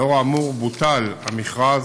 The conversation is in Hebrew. לנוכח האמור בוטל המכרז,